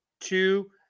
two